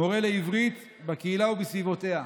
מורה לעברית בקהילה ובסביבותיה.